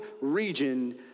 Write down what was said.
region